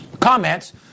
comments